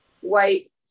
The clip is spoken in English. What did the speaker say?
white